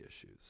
issues